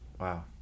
Wow